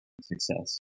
success